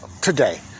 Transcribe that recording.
today